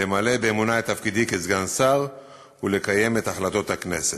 למלא באמונה את תפקידי כסגן שר ולקיים את החלטות הכנסת.